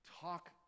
talk